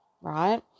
right